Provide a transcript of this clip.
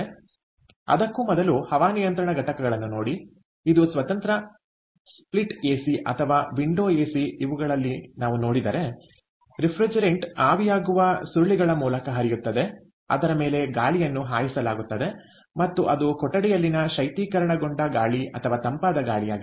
ಆದ್ದರಿಂದ ಅದಕ್ಕೂ ಮೊದಲು ಹವಾನಿಯಂತ್ರಣ ಘಟಕಗಳನ್ನು ನೋಡಿ ಇದು ಸ್ವತಂತ್ರ ಸ್ಪ್ಲಿಟ್ ಎಸಿ ಅಥವಾ ವಿಂಡೋ ಎಸಿ ಇವುಗಳಲ್ಲಿ ನಾವು ನೋಡಿದರೆ ರೆಫ್ರಿಜರೆಂಟ್ ಆವಿಯಾಗುವ ಸುರುಳಿಗಳ ಮೂಲಕ ಹರಿಯುತ್ತದೆ ಅದರ ಮೇಲೆ ಗಾಳಿಯನ್ನು ಹಾಯಿಸಲಾಗುತ್ತದೆ ಮತ್ತು ಅದು ಕೊಠಡಿಯಾಲ್ಲಿನ ಶೈತ್ಯೀಕರಣಗೊಂಡ ಗಾಳಿ ಅಥವಾ ತಂಪಾದ ಗಾಳಿಯಾಗಿದೆ